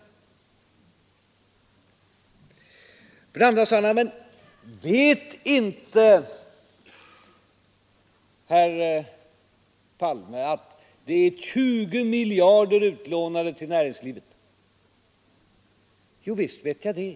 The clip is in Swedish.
För det andra sade han: Men vet inte herr Palme att det är 20 miljarder utlånade till näringslivet? Jo visst vet jag det.